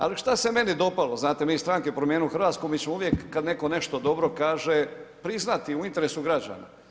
Ali šta se meni dopalo, znate mi iz stranke Promijenimo Hrvatsku mi ćemo uvijek kad netko nešto dobro kaže priznati u interesu građana.